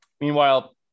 meanwhile